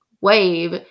wave